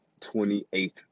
28th